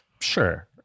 Sure